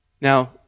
Now